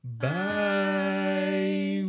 Bye